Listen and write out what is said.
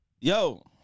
Yo